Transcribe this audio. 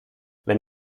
wenn